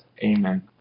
Amen